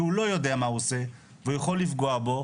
כי הוא לא יודע מה הוא עושה והוא יכול לפגוע בו,